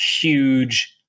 huge